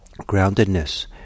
groundedness